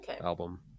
album